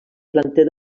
planter